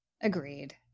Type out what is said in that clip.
Agreed